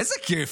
איזה כיף,